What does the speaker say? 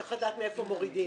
צריך לדעת מאיפה מורידים.